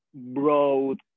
Broad